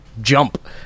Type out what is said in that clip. jump